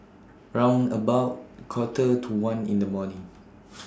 round about Quarter to one in The morning